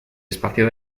espacio